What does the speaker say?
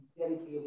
Dedicated